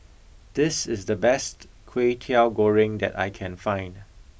this is the best kwetiau goreng that I can find